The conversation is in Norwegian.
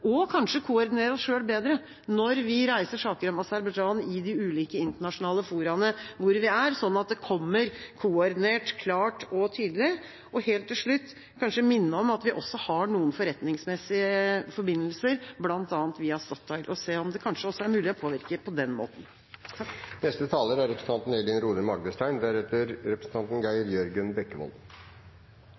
og koordinere oss selv bedre når vi reiser saker om Aserbajdsjan i de ulike internasjonale foraene hvor vi er, sånn at det kommer koordinert, klart og tydelig. Helt til slutt vil jeg minne om at vi også har noen forretningsmessige forbindelser, bl.a. via Statoil, og at vi kan se på om det kanskje er mulig å påvirke på den måten.